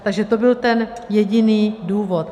Takže to byl ten jediný důvod.